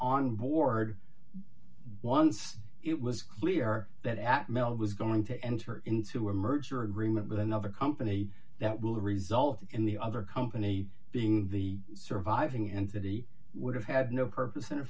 on board once it was clear that at melle was going to enter into a merger agreement with another company that will result in the other company being the surviving entity would have had no purpose in